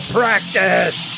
practice